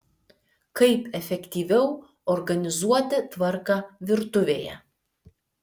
kaip efektyviau organizuoti tvarką virtuvėje